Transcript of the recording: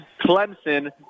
Clemson